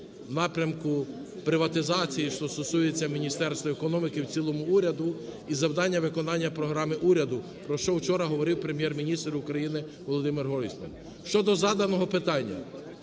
напрямку приватизації, що стосується Міністерства економіки і в цілому уряду, і завдання виконання програми уряду, про що вчора говорив Прем'єр-міністр України ВолодимирГройсман. Щодо заданого питання.